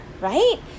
right